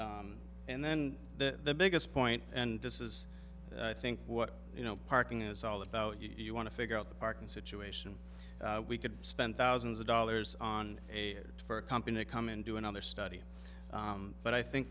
us and then the biggest point and this is i think what you know parking is all about you you want to figure out the parking situation we could spend thousands of dollars on a for a company come in do another study but i think